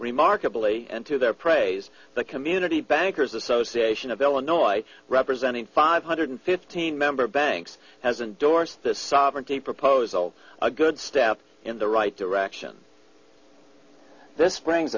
remarkably into their praise the community bankers association of illinois representing five hundred fifteen member banks has indorse this sovereignty proposal a good step in the right direction this brings